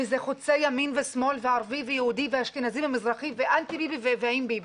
וזה חוצה ימין ושמאל וערבי ויהודי ואשכנזי ומזרחי ואנטי ביבי ועם ביבי,